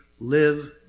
live